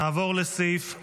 נעבור לסעיף 5,